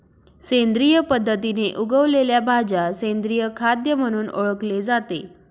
सेंद्रिय पद्धतीने उगवलेल्या भाज्या सेंद्रिय खाद्य म्हणून ओळखले जाते